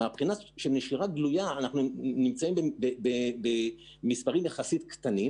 מהבחינה של נשירה גלויה אנחנו נמצאים במספרים יחסית קטנים.